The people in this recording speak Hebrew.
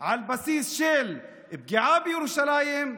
על בסיס פגיעה בירושלים,